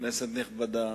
כנסת נכבדה,